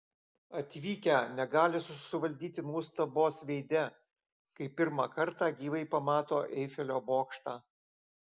atvykę negali suvaldyti nuostabos veide kai pirmą kartą gyvai pamato eifelio bokštą